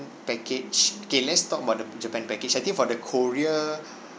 package okay let's talk about the japan package I think for the korea